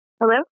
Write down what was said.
Hello